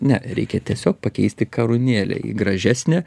ne reikia tiesiog pakeisti karūnėlę į gražesnę